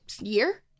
year